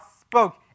spoke